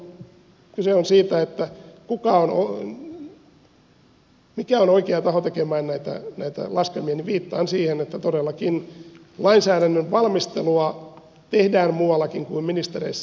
kun kyse on siitä mikä on oikea taho tekemään näitä laskelmia niin viittaan siihen että todellakin lainsäädännön valmistelua tehdään muuallakin kuin ministeriössä